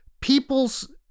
people's